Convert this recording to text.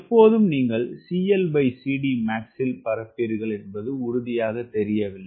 எப்போதும் நீங்கள் clcdmax பறப்பீர்கள் என்பது உறுதியாகத் தெரியவில்லை